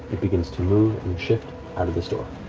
begins to move and shift out of this door.